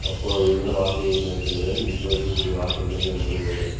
அப்போது இருந்த வாழ்க்கை நிலைகள் வேறு இப்போது இருக்கக்கூடிய வாழ்க்கை நிலைகள் என்பது வேறு